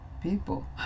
people